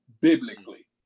biblically